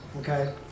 Okay